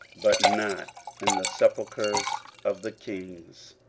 but not in the sepulchres of the kings.